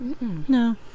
No